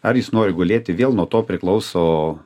ar jis nori gulėti vėl nuo to priklauso